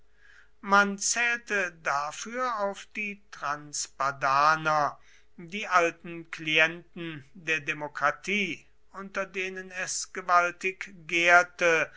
man zählte dafür auf die transpadaner die alten klienten der demokratie unter denen es gewaltig gärte